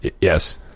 Yes